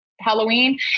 Halloween